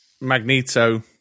Magneto